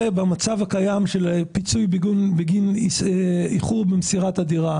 פיצוי בגין איחור במסירת הדירה.)